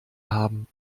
haben